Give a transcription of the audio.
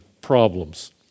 problems